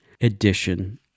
Edition